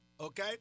Okay